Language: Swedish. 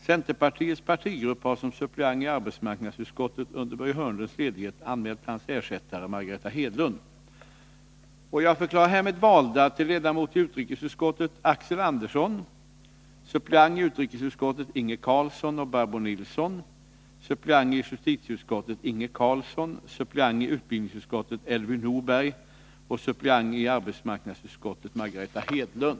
Centerpartiets partigrupp har som suppleant i arbetsmarknadsutskottet under Börje Hörnlunds ledighet anmält hans ersättare Margareta Hedlund.